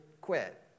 quit